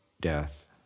death